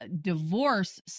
divorce